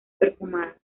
perfumadas